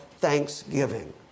thanksgiving